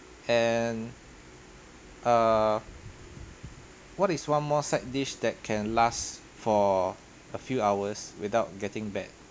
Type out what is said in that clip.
and uh what is one more side dish that can last for a few hours without getting bad